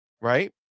Right